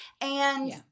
And-